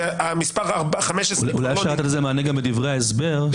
אולי אפשר לתת לזה מענה בדברי ההסבר.